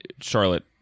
Charlotte